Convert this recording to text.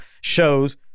shows